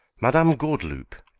madame gordeloup?